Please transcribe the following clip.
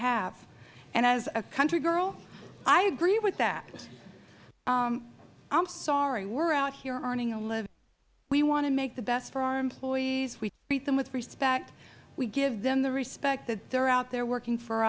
have and as a country girl i agree with that i am sorry we are out here earning a living we want to make the best for our employees we treat them with respect we give them the respect that they are out there working for